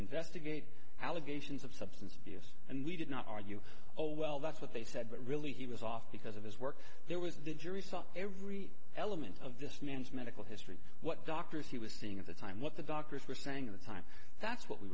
investigate allegations of substance abuse and we did not argue oh well that's what they said but really he was off because of his work there was the jury saw every element of this man's medical history what doctors he was seeing at the time what the doctors were saying at the time that's what we